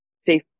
safe